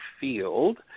field